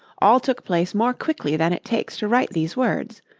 all took place more quickly than it takes to write these words.